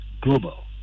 Global